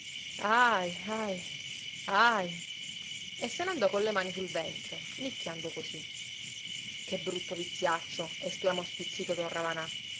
ahi ahi ahi e se n'andò con le mani sul ventre nicchiando cosí che brutto viziaccio esclamò stizzito don ravanà